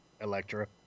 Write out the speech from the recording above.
Electra